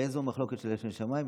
ואיזו מחלוקת היא לשם שמיים?